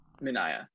Minaya